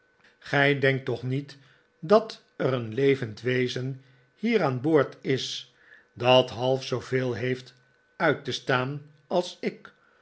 gij denkt toch niet dat er een levend wezen hier aan boord is dat half zooveel heeft uit te staan als ik